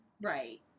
Right